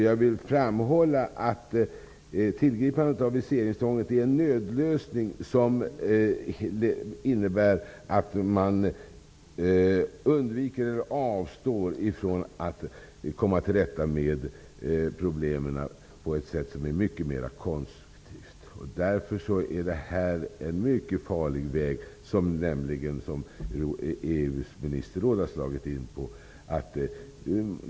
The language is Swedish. Jag vill framhålla att tillgripandet av viseringstvånget är en nödlösning, som innebär att man avstår från att komma till rätta med problemen på ett mer konstruktivt sätt. Därför är vägen som EU:s ministerråd har slagit in på mycket farlig.